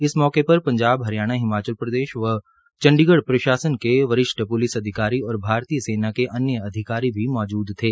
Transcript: इस मौके पर पंजाब हरियाणा हिमाचल प्रदेश व चंडीगढ़ प्रशासन के वरिष्ठ पुलिस अंधिकारी और भारतीय सेना के अन्य अधिकारी भी मौजूद थे